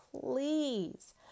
Please